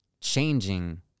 changing